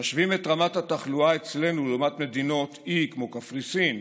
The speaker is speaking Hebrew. כשמשווים את רמת התחלואה אצלנו למדינות אי כמו קפריסין,